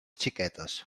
xiquetes